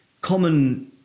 common